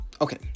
Okay